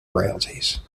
royalties